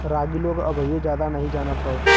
रागी लोग अबहिओ जादा नही जानत हौ